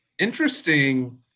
Interesting